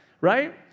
right